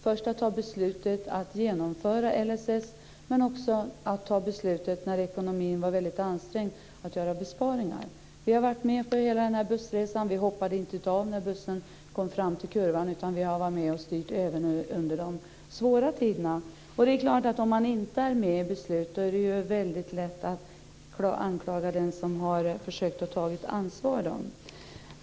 Vi har varit med om beslutet att genomföra LSS, men också om att fatta beslut, när ekonomin var ansträngd, om att göra besparingar. Vi har varit med på hela bussresan. Vi hoppade inte av när bussen kom fram till kurvan, utan vi har varit med och styrt även under de svåra tiderna. Och det är klart att är man inte med om beslut är det lätt att anklaga den som har försökt att ta ansvar.